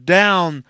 down